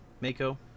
Mako